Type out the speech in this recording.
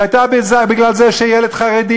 היא הייתה בגלל זה שילד חרדי,